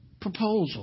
proposal